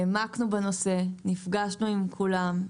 העמקנו בנושא, נפגשנו עם כולם.